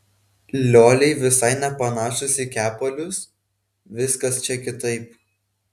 lioliai visai nepanašūs į kepalius viskas čia kitaip